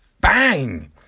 bang